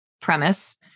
premise